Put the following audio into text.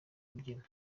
kubyina